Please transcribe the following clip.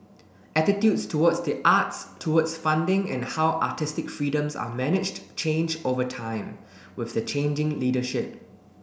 attitudes towards the arts towards funding and how artistic freedoms are managed change over time with the changing leadership